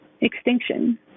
extinction